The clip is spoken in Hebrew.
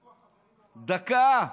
דקה.